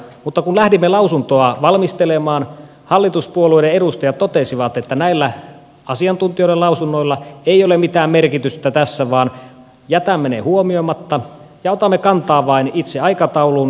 mutta kun lähdimme lausuntoa valmistelemaan hallituspuolueiden edustajat totesivat että näillä asiantuntijoiden lausunnoilla ei ole mitään merkitystä tässä vaan jätämme ne huomioimatta ja otamme kantaa vain itse aikatauluun ja prosessiin